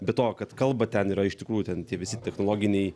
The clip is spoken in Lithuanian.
be to kad kalba ten yra iš tikrųjų ten visi technologiniai